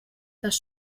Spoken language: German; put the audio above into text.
das